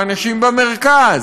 האנשים במרכז,